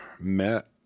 met